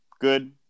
Good